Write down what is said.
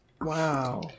Wow